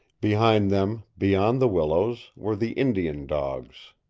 behind them, beyond the willows, were the indian dogs.